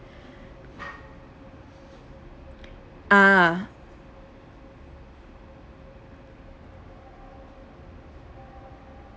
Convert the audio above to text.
ah